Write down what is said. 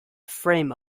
frame